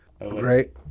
right